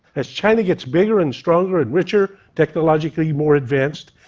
as china gets bigger and stronger and richer, technologically more advanced,